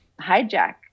hijack